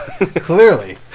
Clearly